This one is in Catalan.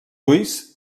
ulls